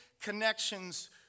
connections